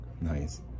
Nice